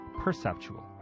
perceptual